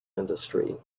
industry